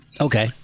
Okay